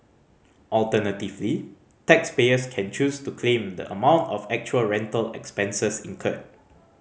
alternatively taxpayers can choose to claim the amount of actual rental expenses incurred